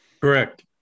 Correct